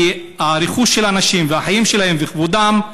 כי הרכוש של האנשים והחיים שלהם וכבודם,